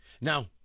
Now